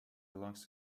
belongs